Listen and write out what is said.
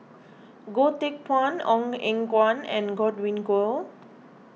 Goh Teck Phuan Ong Eng Guan and Godwin Koay